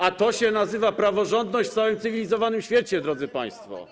A to się nazywa praworządność w całym cywilizowanym świecie, drodzy państwo.